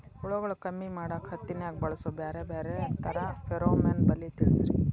ಹುಳುಗಳು ಕಮ್ಮಿ ಮಾಡಾಕ ಹತ್ತಿನ್ಯಾಗ ಬಳಸು ಬ್ಯಾರೆ ಬ್ಯಾರೆ ತರಾ ಫೆರೋಮೋನ್ ಬಲಿ ತಿಳಸ್ರಿ